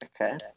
Okay